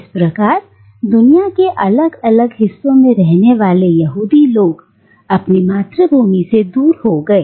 इस प्रकार दुनिया के अलग अलग हिस्सों में रहने वाले यहूदी लोग अपनी मातृभूमि से दूर हो गए